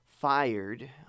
fired